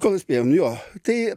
kol spėjam nu jo tai